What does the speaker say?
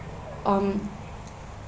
um